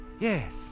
Yes